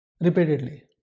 repeatedly